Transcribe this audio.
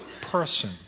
person